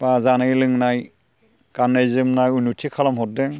बा जानाय लोंनाय गाननाय जोमनाय उन्न'थि खालाम हरदों